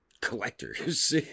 collectors